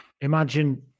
Imagine